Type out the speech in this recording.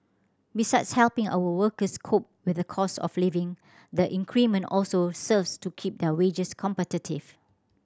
besides helping our workers cope with the cost of living the increment also serves to keep their wages competitive